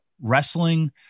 Wrestling